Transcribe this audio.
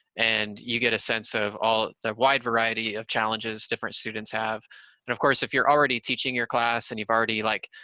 and you get a sense of all, the wide variety of challenges different students have, and of course, if you're already teaching your class, class, and you've already, like,